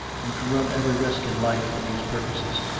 and to run every risk in life for these purposes.